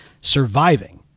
surviving